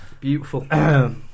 beautiful